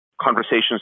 conversations